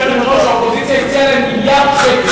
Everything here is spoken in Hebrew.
יושבת-ראש האופוזיציה הציעה להם מיליארד שקל כדי להקים ממשלה.